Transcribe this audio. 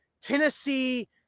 tennessee